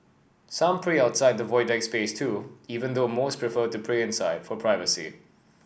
some pray outside the Void Deck space too even though most prefer to pray inside for privacy